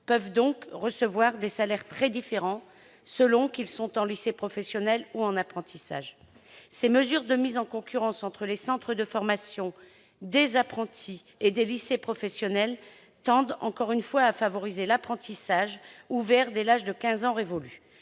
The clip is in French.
peuvent donc recevoir des salaires très différents selon qu'ils sont en lycée professionnel ou en apprentissage. Ces mesures de mise en concurrence entre les centres de formation d'apprentis et les lycées professionnels tendent encore une fois à favoriser l'apprentissage, ouvert dès l'âge de quinze ans révolus.